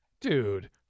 Dude